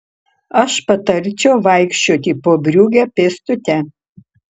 aš patarčiau vaikščioti po briugę pėstute